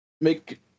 make